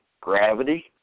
Gravity